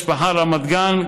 משפחה רמת גן,